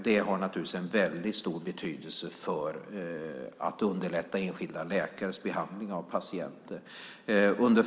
Det har naturligtvis en väldigt stor betydelse när det gäller att underlätta enskilda läkares behandling av patienter.